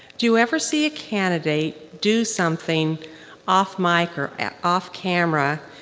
do you ever see a candidate do something off mic or off camera,